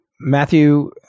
Matthew